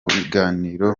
biganiro